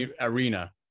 arena